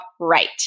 right